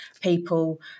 people